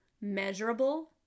measurable